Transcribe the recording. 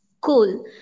Cool